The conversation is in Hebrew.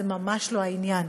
זה ממש לא העניין.